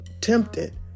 tempted